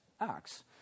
acts